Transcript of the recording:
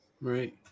Right